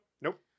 Nope